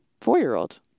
four-year-old